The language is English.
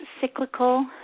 cyclical